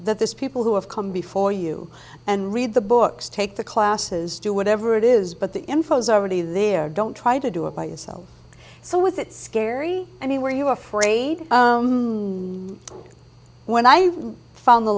that this people who have come before you and read the books take the classes do whatever it is but the info is already there don't try to do it by yourself so with that scary i mean were you afraid when i found the